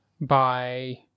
by-